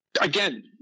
Again